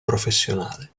professionale